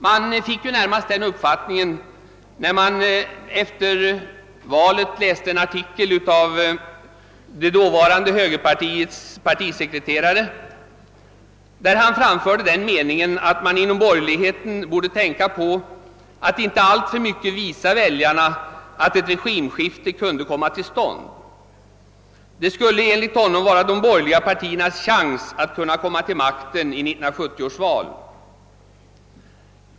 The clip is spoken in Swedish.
Den uppfattningen fick man när man efter valet läste en artikel av det dåvarande högerpartiets partisekreterare, där han framförde meningen att man inom borgerligheten borde tänka på att inte alltför mycket visa väljarna att ett regimskifte kunde komma till stånd. Det skulle enligt honom vara de borgerliga partiernas chans att komma till makten i 1970 års val.